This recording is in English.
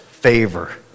favor